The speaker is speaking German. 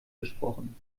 gesprochen